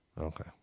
Okay